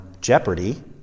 Jeopardy